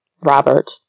robert